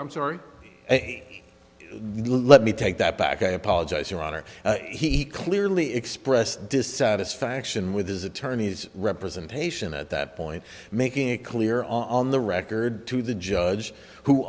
i'm sorry let me take that back i apologize your honor he clearly expressed dissatisfaction with his attorney's representation at that point making it clear on the record to the judge who